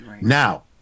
Now